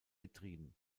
getrieben